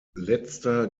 letzter